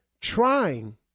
trying